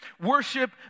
worship